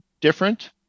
different